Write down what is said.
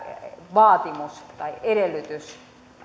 vaatimus tai edellytys